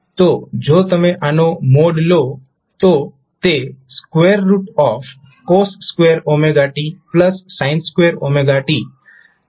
તો જો તમે આનો મોડ લો તો તે cos2t sin2t1 બનશે